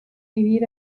vivir